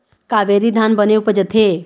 कावेरी धान बने उपजथे?